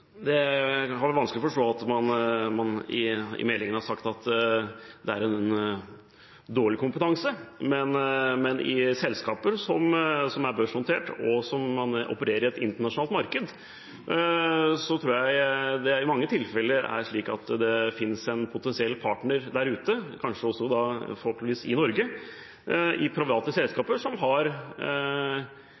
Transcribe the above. har vanskelig for å forstå at man i meldingen har sagt at det er dårlig kompetanse, men i selskaper som er børsnotert, og som opererer i et internasjonalt marked, tror jeg det i mange tilfeller er slik at det finnes en potensiell partner der ute, kanskje også forhåpentligvis i Norge, i private selskaper, som har